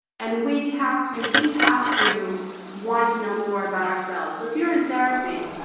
and we have to we have to want to know more about ourselves so if you're in therapy,